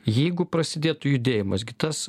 jeigu prasidėtų judėjimas gi tas